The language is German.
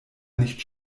nicht